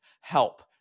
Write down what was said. help